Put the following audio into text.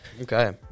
Okay